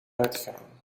uitgaan